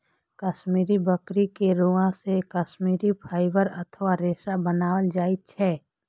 कश्मीरी बकरी के रोआं से कश्मीरी फाइबर अथवा रेशा बनै छै